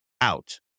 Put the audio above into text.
out